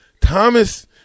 Thomas